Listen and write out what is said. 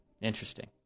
interesting